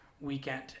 weekend